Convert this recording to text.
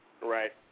Right